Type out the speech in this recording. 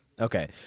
Okay